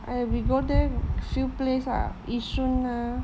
!aiya! we go there few place lah yishun ah